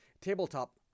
tabletop